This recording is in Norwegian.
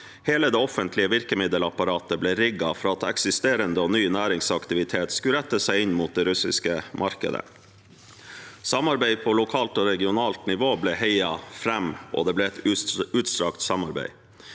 Hele det offentlige virkemiddelapparatet ble rigget for at eksisterende og ny næringsaktivitet skulle rette seg inn mot det russiske markedet. Samarbeid på lokalt og regionalt nivå ble heiet fram, og det ble et utstrakt samarbeid.